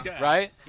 Right